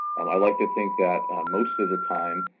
i like to think that most of the time